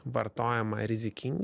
vartojama rizikingai